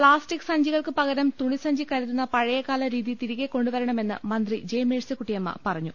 plastic സഞ്ചികൾക്ക് പകരം തുണിസഞ്ചി കരുതുന്ന പഴയകാല രീതി തിരികെ കൊണ്ടുവരണ മെന്ന് മന്ത്രി ജെ മേഴ് സിക്കുട്ടിയമ്മ പറഞ്ഞു